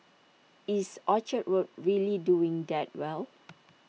is Orchard road really doing that well